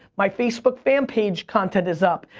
my facebook fan page content is up,